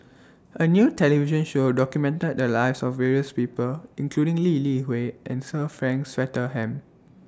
A New television Show documented The Lives of various People including Lee Li Hui and Sir Frank Swettenham